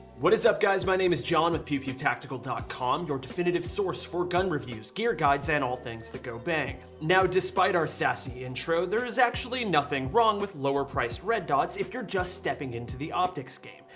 what is up guys? my name is john with pewpewtactical com, your definitive source for gun reviews, gear guides and all things that go bang. now despite our sassy intro, there's actually nothing wrong with lower priced red dots if you're just stepping into the optics game.